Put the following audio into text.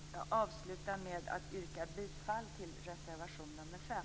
Jag avslutar med att yrka bifall till reservation nr 5.